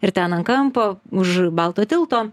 ir ten ant kampo už baltojo tilto